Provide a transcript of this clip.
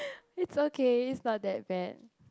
it's okay it's not that bad